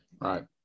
right